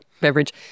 beverage